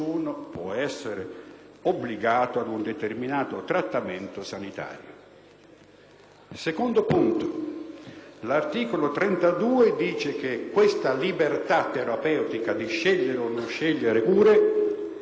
secondo punto è che l'articolo 32 afferma che questa libertà terapeutica, di scegliere o non scegliere cure, può essere vincolata da una legge: «Nessuno può